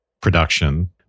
production